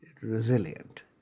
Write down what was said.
resilient